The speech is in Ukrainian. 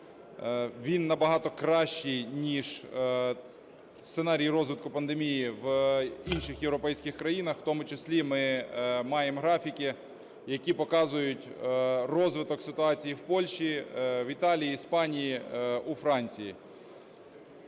він набагато кращий, ніж сценарій розвитку пандемії в інших європейських країнах. В тому числі ми маємо графіки, які показують розвиток ситуації в Польщі, в Італії, Іспанії, у Франції.